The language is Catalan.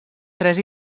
tres